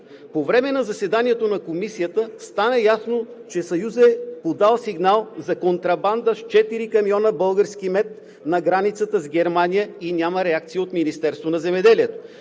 По време на заседанието на Комисията стана ясно, че Съюзът е подал сигнал за контрабанда с 4 камиона български мед на границата с Германия и няма реакция от Министерството на земеделието,